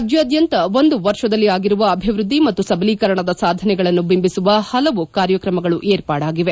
ರಾಜ್ಯಾದ್ಯಂತ ಒಂದು ವರ್ಷದಲ್ಲಿ ಆಗಿರುವ ಅಭಿವೃದ್ದಿ ಮತ್ತು ಸಬಲೀಕರಣದ ಸಾಧನೆಗಳನ್ನು ಬಿಂಬಿಸುವ ಹಲವು ಕಾರ್ಯಕ್ರಮಗಳು ಏರ್ಪಾಡಾಗಿವೆ